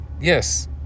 yes